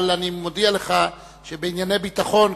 אבל אני מודיע לך שבענייני ביטחון,